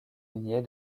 lignée